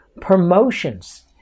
Promotions